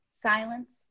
Silence